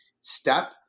step